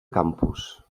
campus